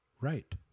right